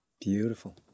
Beautiful